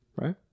right